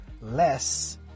less